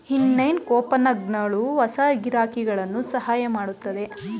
ಇನ್ನೇನ್ ಕೂಪನ್ಗಳು ಹೊಸ ಗಿರಾಕಿಗಳನ್ನು ಸಹಾಯ ಮಾಡುತ್ತದೆ